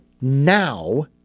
now